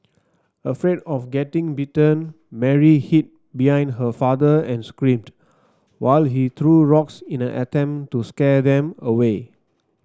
afraid of getting bitten Mary hid behind her father and screamed while he threw rocks in an attempt to scare them away